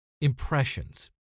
Impressions